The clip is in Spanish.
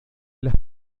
las